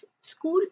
School